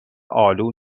آلو